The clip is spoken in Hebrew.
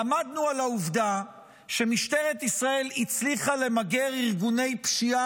עמדנו על העובדה שמשטרת ישראל הצליחה למגר ארגוני פשיעה